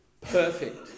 perfect